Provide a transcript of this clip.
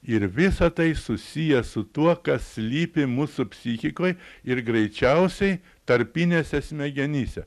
ir visa tai susiję su tuo kas slypi mūsų psichikoj ir greičiausiai tarpinėse smegenyse